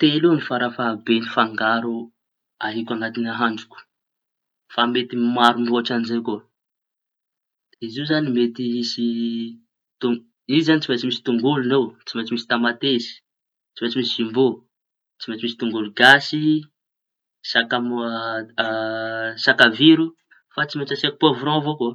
Telo fara fahabeñy fangaro ahiko añaty nahandroko fa mety maro mihoatra añizay koa. Izy io zañy mety hisy ton- io zañy tsy maintsy misy tongolo io, tsy maintsy misy tamatesy, tsy maintsy misy jimbô, misy tongolo gasy, sakamoa, sakaviro. Fa tsy maintsy asiako poavrao avao koa.